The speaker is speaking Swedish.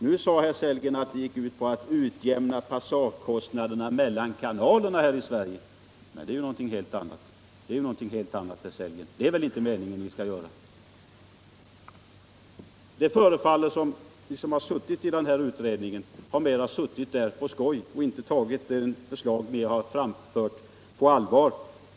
Nu sade herr Sellgren att det förslaget gick ut på att utjämna passagekostnaderna mellan kanalerna i Sverige, men det är ju något helt annat, herr Sellgren. Detta är det väl inte meningen att vi skall göra. Det förefaller som om en del av dem som suttit i utredningen mera har suttit där på skoj och inte tagit de förslag vi har framfört på allvar.